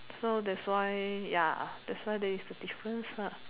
so that's why ya that's why ya there is a difference